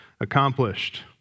accomplished